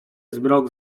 zmrok